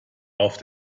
auf